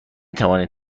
توانید